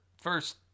first